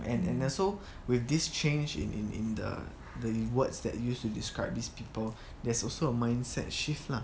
and and also with this change in in in the the words that used to describe these people there's also a mindset shift lah